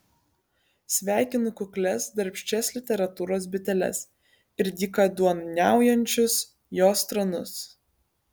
sveikinu kuklias darbščias literatūros biteles ir dykaduoniaujančius jos tranus